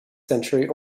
century